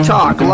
Talk